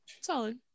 Solid